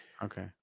Okay